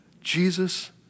Jesus